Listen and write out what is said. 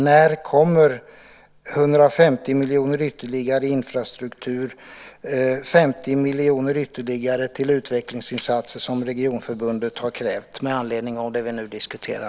När kommer 150 miljoner ytterligare i infrastruktur och 50 miljoner ytterligare till utvecklingsinsatser, som Regionförbundet har krävt med anledning av det vi nu diskuterar?